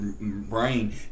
brain